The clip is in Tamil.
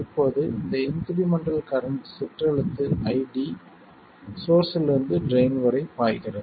இப்போது இந்த இன்க்ரிமெண்டல் கரண்ட் சிற்றெழுத்து ID சோர்ஸ்ஸிலிருந்து ட்ரைன் வரை பாய்கிறது